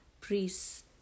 priests